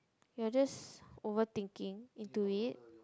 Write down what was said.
you're just overthinking into it